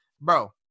bro